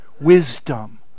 Wisdom